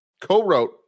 co-wrote